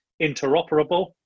interoperable